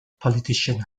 politician